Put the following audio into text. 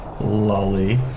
Lolly